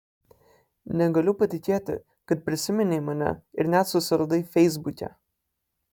negaliu patikėti kad prisiminei mane ir net susiradai feisbuke